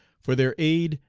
for their aid,